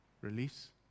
release